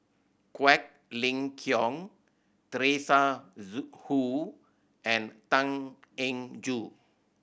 Quek Ling Kiong Teresa Hsu and Tan Eng Joo